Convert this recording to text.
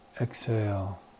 exhale